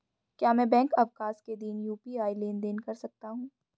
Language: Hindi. क्या मैं बैंक अवकाश के दिन यू.पी.आई लेनदेन कर सकता हूँ?